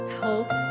hope